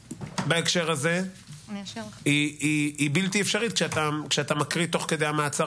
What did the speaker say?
בהם, מופיד סנונו מאבו